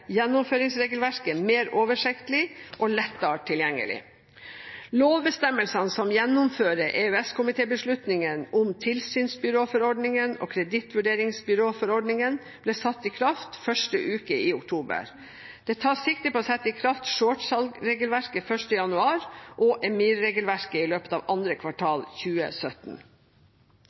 gjennomføringsregelverket mer oversiktlig og lettere tilgjengelig. Lovbestemmelsene som gjennomfører EØS-komitébeslutningene om tilsynsbyråforordningene og kredittvurderingsbyråforordningene, ble satt i kraft første uke i oktober. Det tas sikte på å sette i kraft shortsalgregelverket 1. januar og EMIR-regelverket i løpet av andre kvartal 2017.